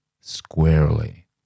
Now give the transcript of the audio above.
squarely